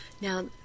Now